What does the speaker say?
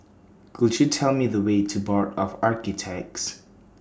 Could YOU Tell Me The Way to Board of Architects